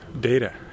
data